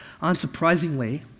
Unsurprisingly